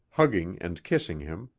hugging and kissing him.